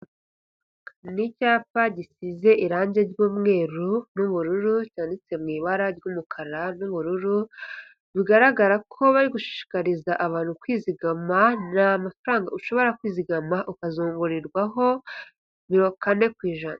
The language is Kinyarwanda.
Ni icyapa gisize irangi ry'umweru n'ubururu ryanditse mu ibara ry'umukara n'ubururu, bigaragara ko bari gushishikariza abantu kwizigama. Ushobora kwizigama ukazongererwahoro kane ku ijana.